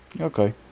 Okay